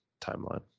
timeline